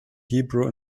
hebrew